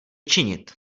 činit